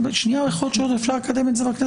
יכול להיות שעוד אפשר לקדם בכנסת הזאת.